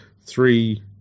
three